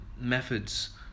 methods